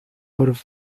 por